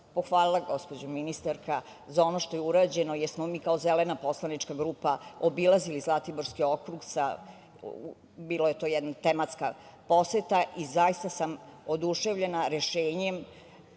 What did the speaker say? pohvalila, gospođo ministarka, za ono što je urađeno, jer smo mi kao Zelena poslanička grupa obilazili Zlatiborski okrug. Bila je to jedna tematska poseta i zaista sam oduševljena rešenjem